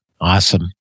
Awesome